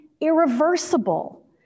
irreversible